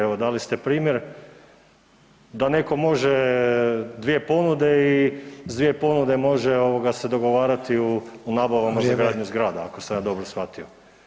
Evo dali ste primjer da netko može dvije ponude i sa dvije ponude može se dogovarati o nabavama za gradnju zgrada ako sam ja dobro shvatio.